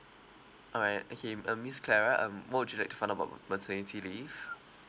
all right okay um I miss clara um what would you like to find out about maternity leave